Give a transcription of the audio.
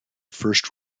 first